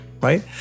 right